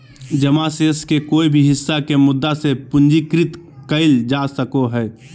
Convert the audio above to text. जमा शेष के कोय भी हिस्सा के मुद्दा से पूंजीकृत कइल जा सको हइ